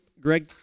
Greg